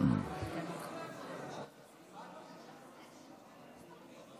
ההסתייגות לא התקבלה.